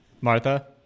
Martha